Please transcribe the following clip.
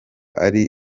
ari